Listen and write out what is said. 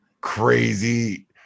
crazy